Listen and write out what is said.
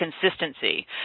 consistency